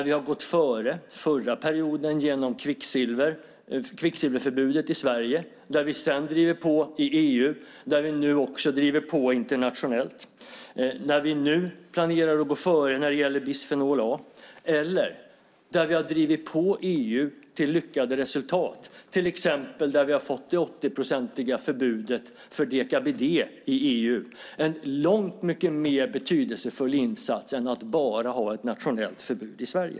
Vi har gått före under förra perioden genom kvicksilverförbudet i Sverige. Vi driver sedan på i EU och vi driver nu också på internationellt. Vi planerar nu att gå före när det gäller bisfenol A. Vi har drivit på EU till lyckade resultat, till exempel där vi har fått det 80-procentiga förbudet för deka-BDE i EU. Det är en långt mycket mer betydelsefull insats än att bara ha ett nationellt förbud i Sverige.